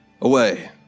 away